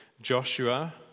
Joshua